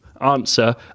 Answer